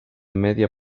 media